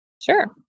Sure